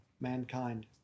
mankind